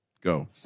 Go